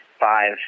five